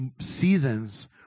seasons